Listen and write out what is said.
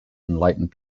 enlightened